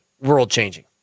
world-changing